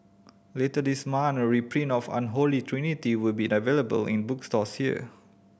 later this month a reprint of Unholy Trinity will be available in bookstores here